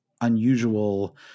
unusual